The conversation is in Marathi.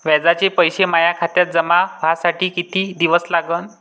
व्याजाचे पैसे माया खात्यात जमा व्हासाठी कितीक दिवस लागन?